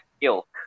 ilk